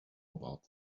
about